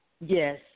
Yes